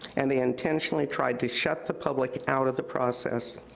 and they intentionally tried to shut the public out of the process.